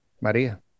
Maria